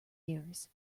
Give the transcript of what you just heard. years